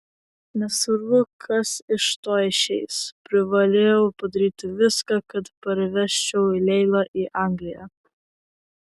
nesvarbu kas iš to išeis privalėjau padaryti viską kad parvežčiau leilą į angliją